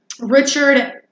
Richard